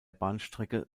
bahnstrecke